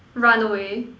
run away